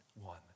one